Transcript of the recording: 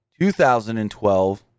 2012